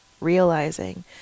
realizing